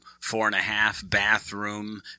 four-and-a-half-bathroom